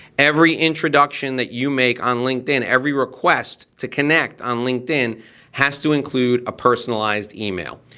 every introduction that you make on linkedin, every request to connect on linkedin has to include a personalized email.